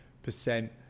percent